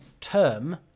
term